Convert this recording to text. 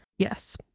yes